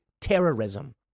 terrorism